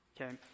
okay